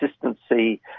consistency